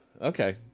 Okay